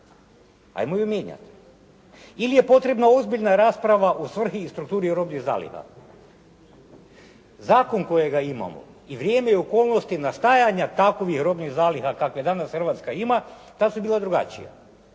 hajmo ju mijenjati ili je potrebna ozbiljna rasprava o svrhi i strukturi robnih zaliha? Zakon kojega imamo i vrijeme i okolnosti nastajanja takvih robnih zaliha kakve danas Hrvatska ima ta su bila drugačija.